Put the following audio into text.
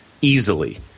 easily